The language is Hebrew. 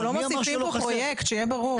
אנחנו לא מוסיפים פה פרויקט, שיהיה ברור.